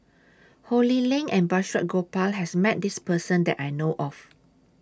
Ho Lee Ling and Balraj Gopal has Met This Person that I know of